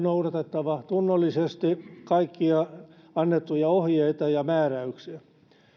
noudatettava tunnollisesti kaikkia annettuja ohjeita ja määräyksiä